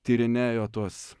tyrinėjo tuos